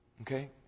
Okay